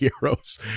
heroes